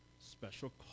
special